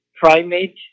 primate